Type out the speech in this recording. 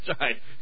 right